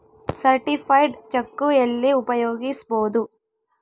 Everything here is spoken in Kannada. ಸರ್ಟಿಫೈಡ್ ಚೆಕ್ಕು ಎಲ್ಲಿ ಉಪಯೋಗಿಸ್ಬೋದು?